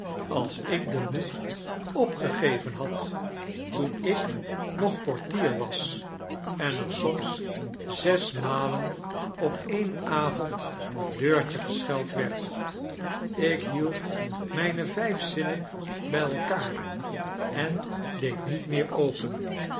als ik den moed opgegeven liad toen ik nog portier was en er soms zes malen op een avond deiirt je gescheld werd ik hield mijne vijf zinnen bij elkaar en deed niet meer open